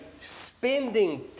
spending